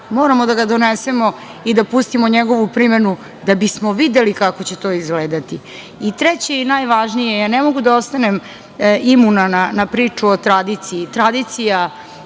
moramo da ga donesemo i da pustimo njegovu primenu da bismo videli kako će to izgledati. Treće i najvažnije, ne mogu da ostanem imuna na priču o tradiciji.